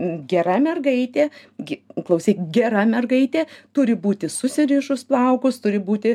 gera mergaitė gi klausyk gera mergaitė turi būti susirišus plaukus turi būti